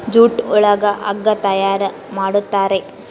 jute ಒಳಗ ಹಗ್ಗ ತಯಾರ್ ಮಾಡುತಾರೆ